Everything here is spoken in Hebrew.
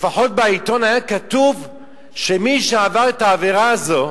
לפחות בעיתון היה כתוב שמי שעבר את העבירה הזאת,